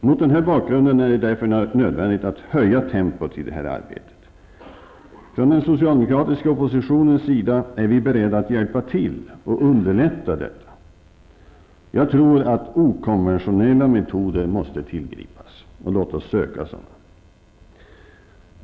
Mot denna bakgrund är det nödvändigt att höja tempot i det här arbetet. Från den socialdemokratiska oppositionens sida är vi beredda att hjälpa till och underlätta detta. Jag tror att okonventionella metoder måste tillgripas -- låt oss söka sådana!